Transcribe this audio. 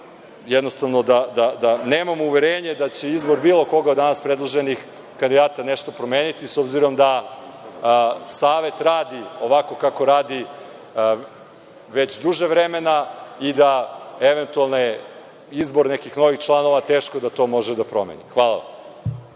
kandidata i nemamo uverenje da će izbor bilo koga od danas predloženih kandidata nešto promeniti, s obzirom da Savet radi ovako kako radi već duže vremena i da eventualni izbor nekih novih članova teško da to može da promeni. Hvala